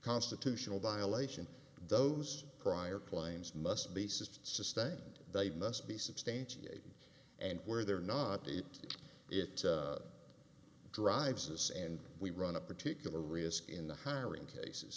constitutional violation those prior claims must be some sustained they must be substantiated and where they're not it it drives us and we run a particular risk in the hiring cases